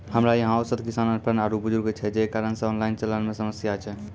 हमरा यहाँ औसत किसान अनपढ़ आरु बुजुर्ग छै जे कारण से ऑनलाइन चलन मे समस्या छै?